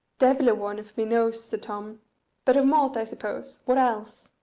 devil a one of me knows, said tom but of malt, i suppose, what else?